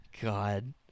God